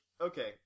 okay